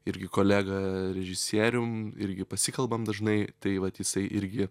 irgi kolega režisierium irgi pasikalbam dažnai tai vat jisai irgi